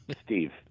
Steve